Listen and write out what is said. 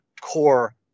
core